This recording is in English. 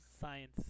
science